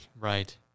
Right